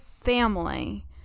family